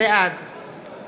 בעד